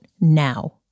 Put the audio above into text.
now